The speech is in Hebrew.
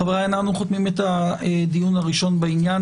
חבריי, אנחנו חותמים את הדיון הראשון בעניין.